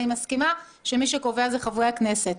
אני מסכימה שמי שקובע הם חברי הכנסת.